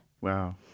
Wow